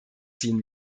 ziehen